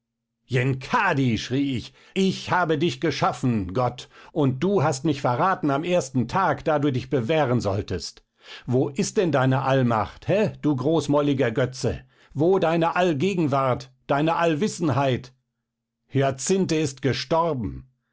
schrie ich ich habe dich geschaffen gott und du hast mich verraten am ersten tag da du dich bewähren solltest wo ist denn deine allmacht he du großmäuliger götze wo deine allgegenwart deine allwissenheit hyacinthe ist gestorben